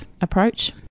approach